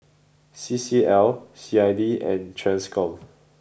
C C L C I D and Transcom